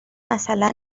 مثلا